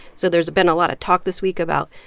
so there's been a lot of talk this week about,